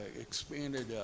expanded